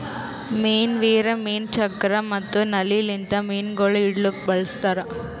ಮೀನು ವೀರ್, ಮೀನು ಚಕ್ರ ಮತ್ತ ನಳ್ಳಿ ಲಿಂತ್ ಮೀನುಗೊಳ್ ಹಿಡಿಲುಕ್ ಬಳಸ್ತಾರ್